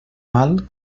mal